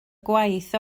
gwaith